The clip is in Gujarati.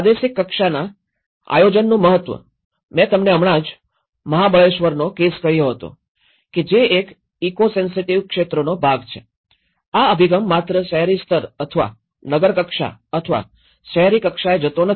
પ્રાદેશિક કક્ષાના આયોજનનું મહત્વમેં તમને હમણાં જ મહાબળેશ્વરનો કેસ કહ્યો હતોકે જે એક ઇકો સેન્સિટિવ ક્ષેત્રનો ભાગ છે આ અભિગમ માત્ર શહેરી સ્તર અથવા નગર કક્ષા અથવા શહેરી કક્ષાએ જતો નથી